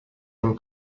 him